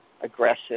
Aggressive